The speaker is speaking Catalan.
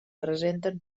presenten